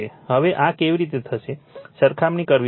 હવે આ કેવી રીતે થશે સરખામણી કરવી પડશે